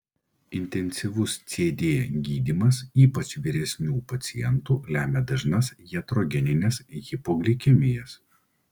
intensyvus cd gydymas ypač vyresnių pacientų lemia dažnas jatrogenines hipoglikemijas